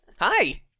hi